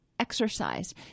Exercise